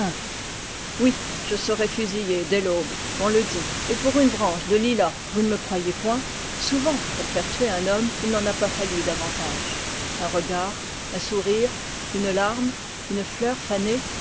oui je serai fusillé dès l'aube on le dit et pour une branche de lilas vous ne me croyez point souvent pour faire tuer un homme il n'en a pas fallu davantage un regard un sourire une larme une fleur fanée